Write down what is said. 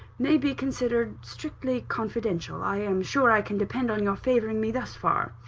may be considered strictly confidential. i am sure i can depend on your favouring me thus far?